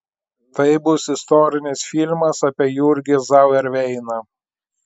tai bus istorinis filmas apie jurgį zauerveiną